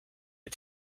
had